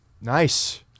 Nice